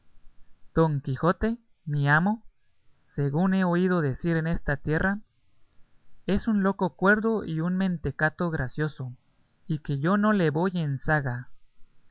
don quijote mi amo según he oído decir en esta tierra es un loco cuerdo y un mentecato gracioso y que yo no le voy en zaga